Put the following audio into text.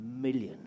million